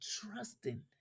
trusting